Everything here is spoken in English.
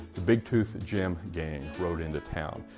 the big tooth jim gang rode into town.